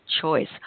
choice